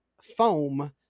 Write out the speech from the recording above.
foam